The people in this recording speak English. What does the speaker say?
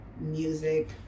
music